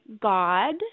God